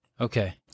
Okay